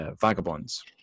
Vagabonds